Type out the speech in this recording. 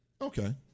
Okay